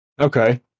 Okay